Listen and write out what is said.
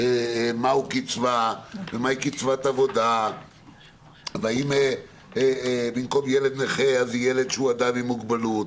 מהי קצבה ומהי קצבת עבודה והאם במקום ילד נכה יהיה ילד עם מוגבלות.